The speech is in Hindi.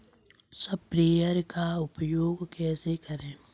स्प्रेयर का उपयोग कैसे करें?